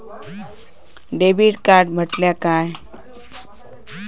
Debit card म्हटल्या काय?